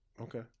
Okay